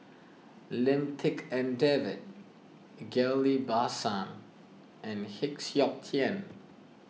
Lim Tik En David Ghillie Basan and Heng Siok Tian